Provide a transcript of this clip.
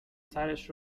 سرش